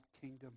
kingdom